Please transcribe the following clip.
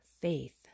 faith